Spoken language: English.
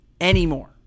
anymore